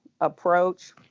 approach